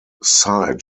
side